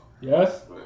Yes